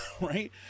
Right